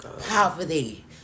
poverty